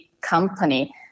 company